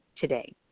today